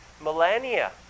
millennia